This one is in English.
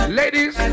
ladies